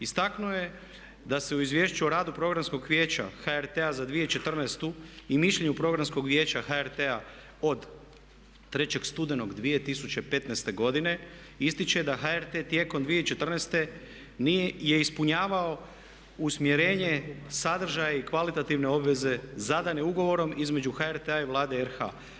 Istaknuo je da se u Izvješću o radu Programskog vijeća HRT-a za 2014. i mišljenju Programskog vijeća HRT-a od 3. studenog 2015. godine ističe da HRT tijekom 2014. nije ispunjavao usmjerenje sadržaja i kvalitativne obveze zadane ugovorom između HRT-a i Vlade RH.